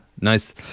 nice